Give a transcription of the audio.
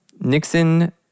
Nixon